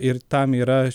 ir tam yra